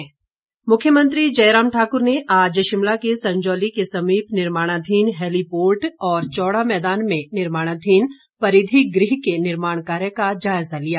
निरीक्षण मुख्यमंत्री जयराम ठाकुर ने आज शिमला के संजौली के समीप निर्माणाधीन हैलीपोर्ट और चौड़ा मैदान में निर्माणाधीन परिधिगृह के निर्माण कार्य का जायजा लिया